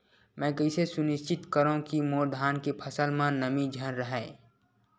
मैं कइसे सुनिश्चित करव कि मोर धान के फसल म नमी झन रहे?